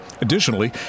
Additionally